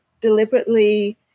deliberately